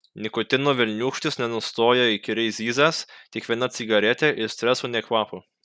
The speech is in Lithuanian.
nikotino velniūkštis nenustoja įkyriai zyzęs tik viena cigaretė ir streso nė kvapo